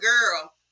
girl